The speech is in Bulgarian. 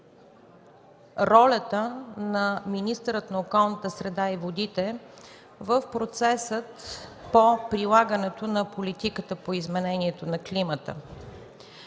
ролята на министъра на околната среда и водите в процеса по прилагането на политиката по изменението на климата.